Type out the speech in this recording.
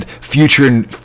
future